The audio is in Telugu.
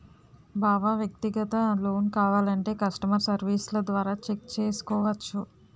బావా వ్యక్తిగత లోన్ కావాలంటే కష్టమర్ సెర్వీస్ల ద్వారా చెక్ చేసుకోవచ్చు